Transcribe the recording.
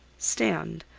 stand,